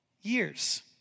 years